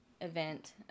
event